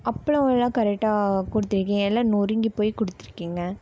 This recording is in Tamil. அப்பளம் எல்லாம் கரெக்டாக கொடுத்துருக்கீங்க எல்லாம் நொறுங்கி போய் கொடுத்துருக்கீங்க